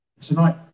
Tonight